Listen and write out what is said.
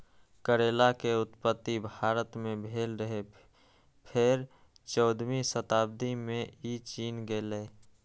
करैला के उत्पत्ति भारत मे भेल रहै, फेर चौदहवीं शताब्दी मे ई चीन गेलै